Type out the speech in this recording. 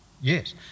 yes